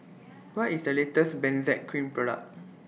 What IS The latest Benzac Cream Product